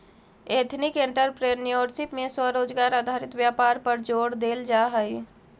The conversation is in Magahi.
एथनिक एंटरप्रेन्योरशिप में स्वरोजगार आधारित व्यापार पर जोड़ देल जा हई